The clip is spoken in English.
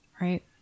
Right